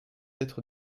être